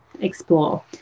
explore